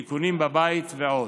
תיקונים בבית ועוד.